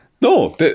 No